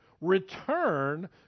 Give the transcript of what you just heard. return